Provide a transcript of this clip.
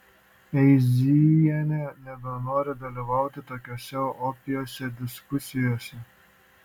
eizienė nebenori dalyvauti tokiose opiose diskusijose